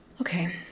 Okay